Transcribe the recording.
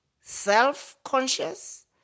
self-conscious